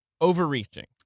overreaching